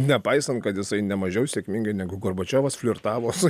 nepaisant kad jisai ne mažiau sėkmingai negu gorbačiovas flirtavo su